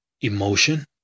Emotion